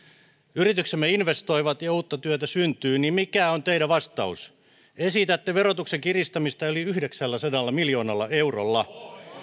yrityksemme investoivat ja uutta työtä syntyy niin mikä on teidän vastauksenne esitätte verotuksen kiristämistä yli yhdeksälläsadalla miljoonalla eurolla